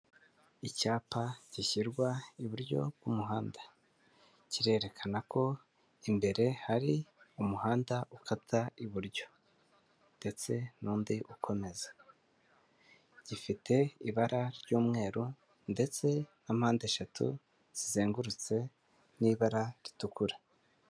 Icyapa gishyirwa iburyo bw'umuhanda kirerekana ko imbere hari umuhanda ukata iburyo ndetse n'undi ukomeza gifite ibara ry'umweru ndetse na mpande eshatu zizengurutse n'ibara ritukura.